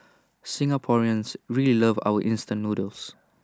Singaporeans really love our instant noodles